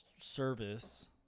service